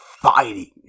fighting